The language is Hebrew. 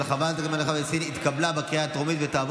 של חברת הכנסת אימאן ח'טיב יאסין וקבוצת חברי כנסת,